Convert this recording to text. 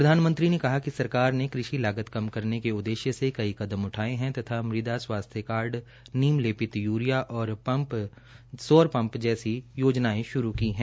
प्रधानमंत्री ने कहा कि सरकार ने कृषि लागत कम करने के उद्देश्य से कई कदम उठाए है तथा मृदा स्वास्थ्य कार्ड नीम लेपित यूरिया और सौर पंप जैसी योजनायें श्रू की गई है